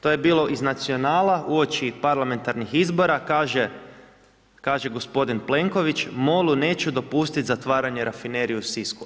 To je bilo iz Nacionala uoči parlamentarnih izbora, kaže g. Plenković, MOL-u neću dopustiti zatvaranje rafinerije u Sisku.